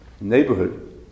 neighborhood